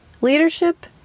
Leadership